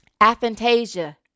aphantasia